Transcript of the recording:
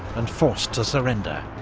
and forced to surrender,